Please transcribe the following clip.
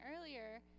earlier